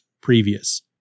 previous